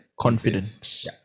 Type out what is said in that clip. confidence